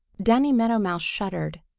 danny meadow mouse shuddered.